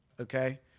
Okay